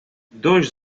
dois